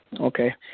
Okay